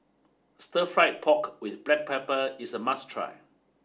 Stir Fry Pork With Black Pepper is a must try